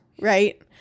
right